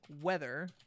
weather